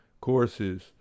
courses